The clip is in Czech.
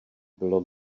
bylo